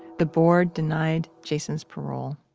the board denied jason's parole.